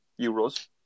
Euros